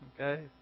Okay